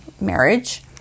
marriage